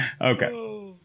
Okay